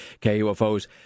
KUFO's